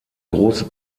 große